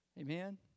Amen